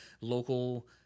local